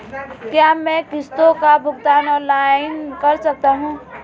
क्या मैं किश्तों का भुगतान ऑनलाइन कर सकता हूँ?